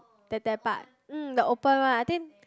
the that part mm the open one I think